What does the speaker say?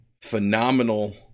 phenomenal